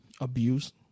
abuse